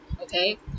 okay